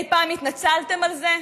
אי פעם התנצלתם על זה?